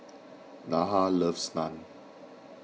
Nyah loves Naan